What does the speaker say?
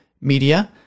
media